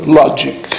logic